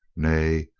nay,